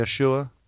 Yeshua